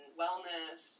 wellness